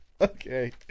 Okay